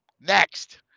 Next